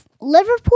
Liverpool